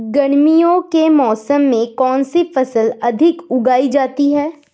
गर्मियों के मौसम में कौन सी फसल अधिक उगाई जाती है?